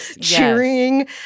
cheering